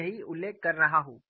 मैं यही उल्लेख कर रहा हूं